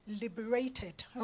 liberated